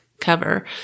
cover